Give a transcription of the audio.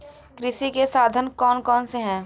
कृषि के साधन कौन कौन से हैं?